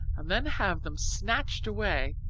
and then have them snatched away,